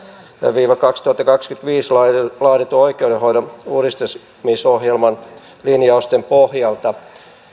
viiva kaksituhattakaksikymmentäviisi laaditun oikeudenhoidon uudistamisohjelman linjausten pohjalta